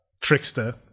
trickster